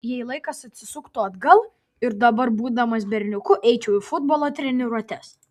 jei laikas atsisuktų atgal ir dabar būdamas berniuku eičiau į futbolo treniruotes